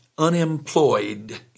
unemployed